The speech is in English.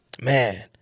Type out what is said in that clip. Man